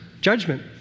judgment